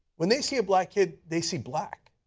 when they see a black kid, they see black.